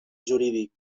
jurídic